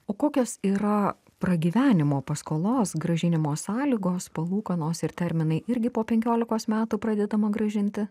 o kokios yra pragyvenimo paskolos grąžinimo sąlygos palūkanos ir terminai irgi po penkiolikos metų pradedama grąžinti